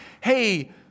Hey